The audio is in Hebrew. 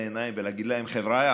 בעיניים ולהגיד להם: חבריא,